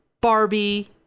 Barbie